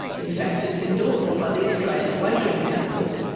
in fact it's endorsed by the australian wagering council,